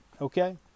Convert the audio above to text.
okay